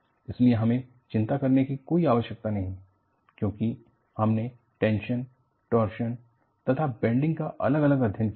इसलिए हमें चिंता करने की कोई आवश्यकता नहीं है क्योंकि हमने टेंशन टॉर्शन तथा बैंडिंग का अलग अलग अध्ययन किया है